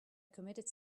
committed